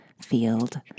field